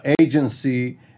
agency